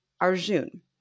Arjun